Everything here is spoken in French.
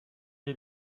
est